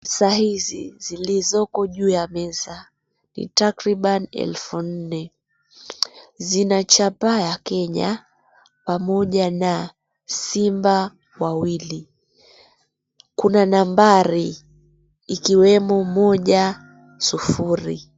Pesa hizi zilizoko juu ya meza ni takriban elfu nne. Zina chapaa ya Kenya pamoja na simba wawili. Kuna nambari ikiwemo moja, sufuri.